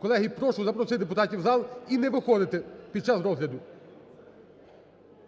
Колеги, прошу запросити депутатів у зал і не виходити під час розгляду.